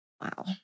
Wow